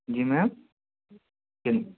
جی میم پین